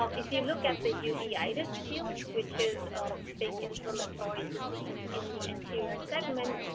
ah if you look at the uveitis field, which is a big inflammatory disease in the anterior segments.